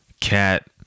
cat